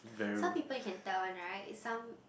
some people you can tell one right some